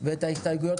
ואת ההסתייגויות.